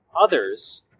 others